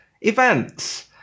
events